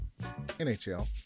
NHL